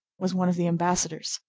was one of the embassadors.